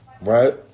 Right